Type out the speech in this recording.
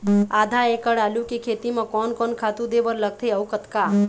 आधा एकड़ आलू के खेती म कोन कोन खातू दे बर लगथे अऊ कतका?